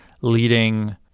leading